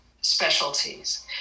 specialties